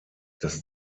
das